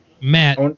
matt